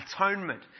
atonement